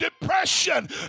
depression